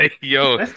yo